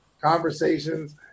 conversations